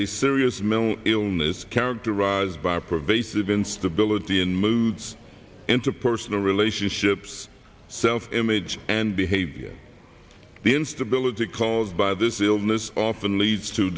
a serious mental illness characterized by a pervasive instability in moods interpersonal relationships self image and behavior the instability caused by this illness often leads to